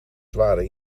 zware